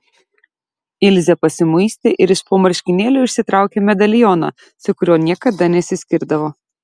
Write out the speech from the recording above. ilzė pasimuistė ir iš po marškinėlių išsitraukė medalioną su kuriuo niekada nesiskirdavo